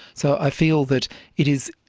so i feel that it is,